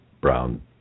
brown